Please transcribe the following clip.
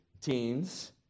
teens